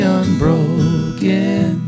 unbroken